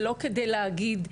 זה כדי להגיד,